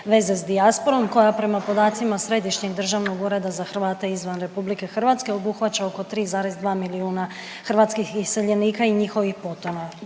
veze s dijasporom, koja prema podacima Središnjeg državnog ureda za Hrvate izvan RH obuhvaća oko 3,2 milijuna hrvatskih iseljenika i njihovih potomaka